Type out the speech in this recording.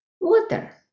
Water